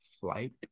flight